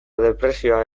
depresioa